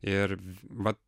ir vat